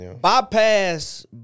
bypass